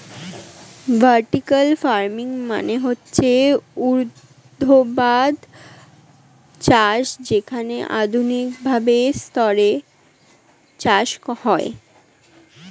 vertical farming মানে হচ্ছে ঊর্ধ্বাধ চাষ যেখানে আধুনিক ভাবে স্তরে চাষ করা হয়